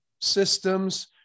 systems